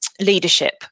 leadership